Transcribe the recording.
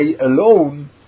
alone